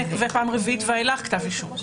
ופעם רביעית ואילך, כתב אישום.